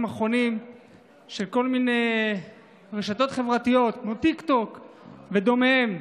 האחרונים בכל מיני רשתות חברתיות כמו טיקטוק ודומיהן.